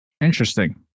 interesting